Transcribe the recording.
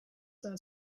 that